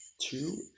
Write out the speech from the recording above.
two